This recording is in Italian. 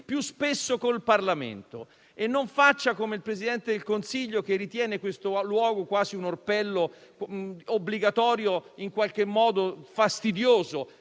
- con il Parlamento e non faccia come il Presidente del Consiglio, che ritiene questo luogo quasi un orpello obbligatorio, in qualche modo fastidioso,